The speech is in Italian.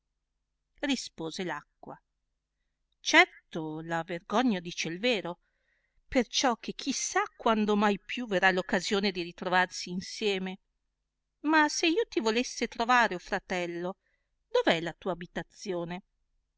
rispose l acqua certo la vergogna dice il vero perciò che chi sa quando mai più verrà r occasione di ritrovarsi insieme ma se io ti volesse trovare o fratello dov e la tua abitazione